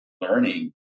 learning